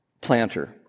planter